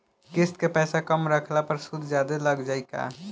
किश्त के पैसा कम रखला पर सूद जादे लाग जायी का?